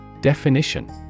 Definition